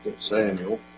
Samuel